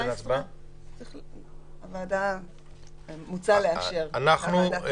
19. מוצע לאשר אותו.